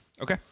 Okay